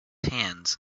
hands